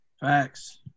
Facts